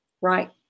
Right